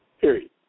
period